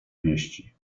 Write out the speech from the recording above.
wieści